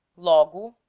logo,